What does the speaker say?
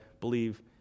believe